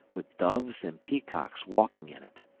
with doves and peacocks walking in it.